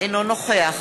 אינו נוכח